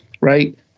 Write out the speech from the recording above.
Right